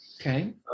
Okay